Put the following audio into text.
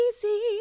easy